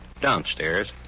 Downstairs